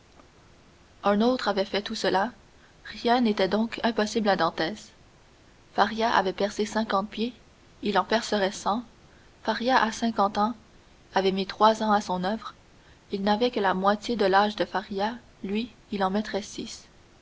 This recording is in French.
un autre avait fait tout cela rien n'était donc impossible à dantès faria avait percé cinquante pieds il en percerait cent faria à cinquante ans avait mis trois ans à son oeuvre il n'avait que la moitié de l'âge de faria lui il en mettrait six